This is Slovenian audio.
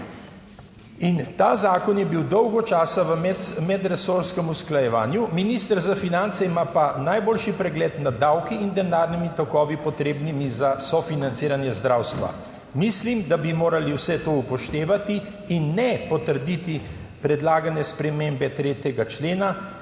in ta zakon je bil dolgo časa v medresorskem usklajevanju. Minister za finance ima pa najboljši pregled nad davki in denarnimi tokovi, potrebnimi za sofinanciranje zdravstva. Mislim, da bi morali vse to upoštevati in ne potrditi predlagane spremembe 3. člena,